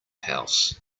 house